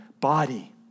body